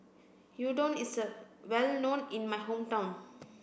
Udon is well known in my hometown